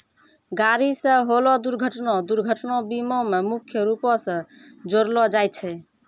गाड़ी से होलो दुर्घटना दुर्घटना बीमा मे मुख्य रूपो से जोड़लो जाय छै